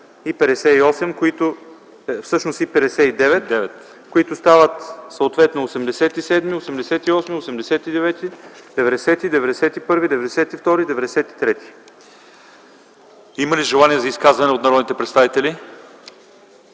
Има ли желание за изказване на народните представители?